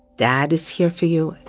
dad is here for you,